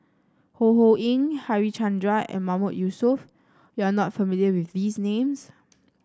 Ho Ho Ying Harichandra and Mahmood Yusof you are not familiar with these names